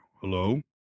hello